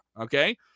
Okay